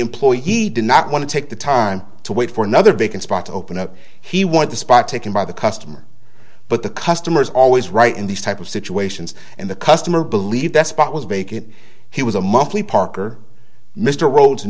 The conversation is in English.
employee he did not want to take the time to wait for another vacant spot to open up he wanted the spot taken by the customer but the customer's always right in these type of situations and the customer believed that spot was vacant he was a monthly parker mr rhodes